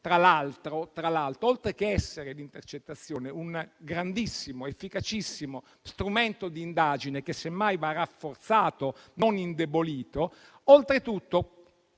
tra l'altro, oltre a essere un grandissimo ed efficacissimo strumento di indagine, che semmai va rafforzato e non indebolito, oltretutto